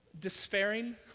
despairing